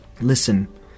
listen